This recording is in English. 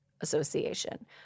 Association